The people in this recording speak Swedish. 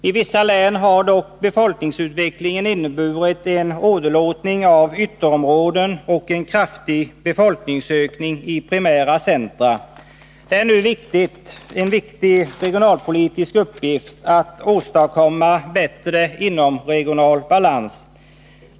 I vissa län har dock befolkningsutvecklingen inneburit en åderlåtning av ytterområden och en kraftig befolkningsökning i primära centra. Det är nu en viktig regionalpolitisk uppgift att åstadkomma bättre inomregional balans.